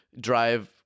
drive